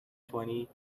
twenty